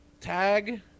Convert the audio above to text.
Tag